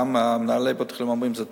וגם מנהלי בתי-החולים אומרים שזה טוב.